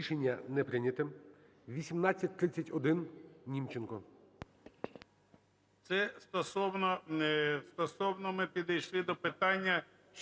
Рішення не прийнято. 1831. Німченко.